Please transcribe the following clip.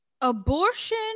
Abortion